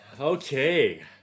Okay